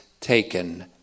taken